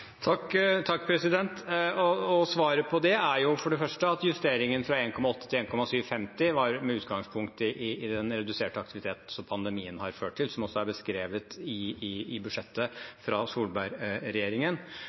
Svaret på det er for det første at justeringen fra 1,8 til 1,75 mrd. kr var med utgangspunkt i den reduserte aktiviteten som pandemien har ført til, som også er beskrevet i